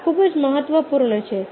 આ ખૂબ જ મહત્વપૂર્ણ છે